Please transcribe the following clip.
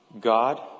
God